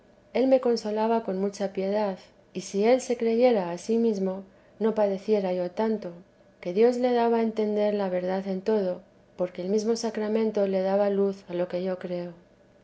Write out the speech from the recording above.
él me consolaba con mucha piedad y si él se creyera a sí mesmo no padeciera yo tanto que dios le daba a entender la verdad en todo porque el mesmo sacramento le daba luz a lo que yo creo